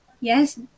Yes